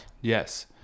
yes